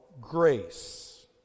grace